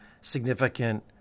significant